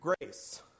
Grace